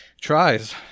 tries